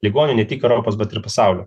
ligoniu ne tik europos bet ir pasaulio